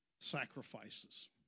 sacrifices